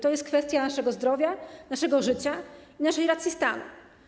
To jest kwestia naszego zdrowia, naszego życia i naszej racji stanu.